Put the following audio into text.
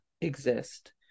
exist